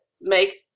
make